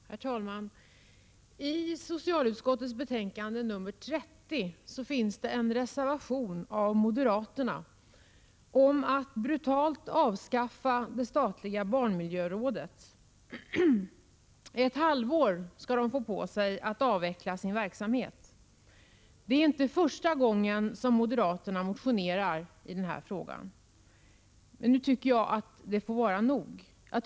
Herr talman! I socialutskottets betänkande 30 finns en reservation av moderaterna om att brutalt avskaffa det statliga barnmiljörådet. Ett halvår skall det få på sig att avveckla sin verksamhet. Det är inte första gången som moderaterna motionerar i denna fråga. Men nu tycker jag att det får vara nog.